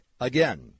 Again